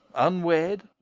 unwed,